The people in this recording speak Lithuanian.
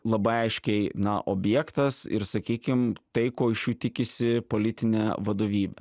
labai aiškiai na objektas ir sakykim tai ko iš jų tikisi politinė vadovybė